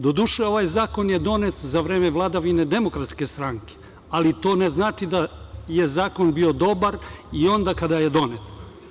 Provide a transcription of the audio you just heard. Doduše, ovaj zakon je donet za vreme vladavine DS, ali to ne znači da je zakon bio dobar i onda kada je donet.